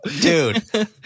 Dude